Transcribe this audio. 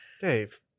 Dave